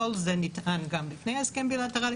כל זה נטען גם לפני ההסכם הבילטרלי.